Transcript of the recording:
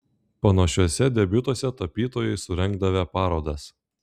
panašiuose debiutuose tapytojai surengdavę parodas